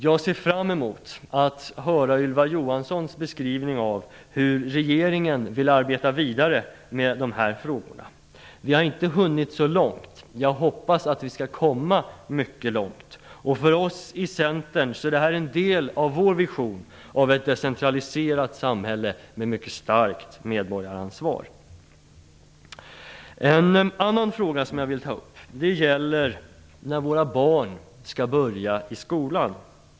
Jag ser fram emot att höra Ylva Johanssons beskrivning av hur regeringen vill arbeta vidare med dessa frågor. Vi har inte hunnit så långt. Jag hoppas att vi skall komma mycket långt. För oss i Centern är detta en del av vår vision av ett decentraliserat samhälle med ett mycket starkt medborgaransvar. Den andra frågan jag vill ta upp gäller när våra barn skall börja skolan.